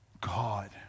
God